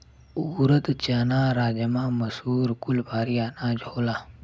ऊरद, चना, राजमा, मसूर कुल भारी अनाज होला